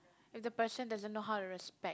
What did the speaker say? if the person doesn't know how to respect